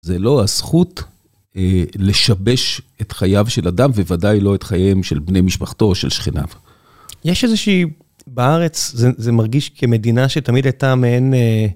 זה לא הזכות לשבש את חייו של אדם, ובוודאי לא את חייהם של בני משפחתו או של שכניו. יש איזושהי בארץ, זה מרגיש כמדינה שתמיד הייתה מעין...